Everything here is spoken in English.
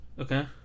Okay